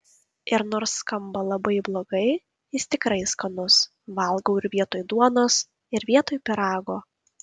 ir nors skamba labai blogai jis tikrai skanus valgau ir vietoj duonos ir vietoj pyrago